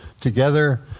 together